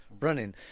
running